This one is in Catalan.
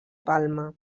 palma